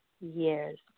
years